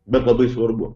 bet labai svarbu